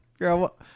Girl